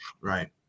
Right